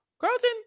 Carlton